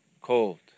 cold